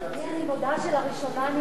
אני מודה שלראשונה אני מתלבטת,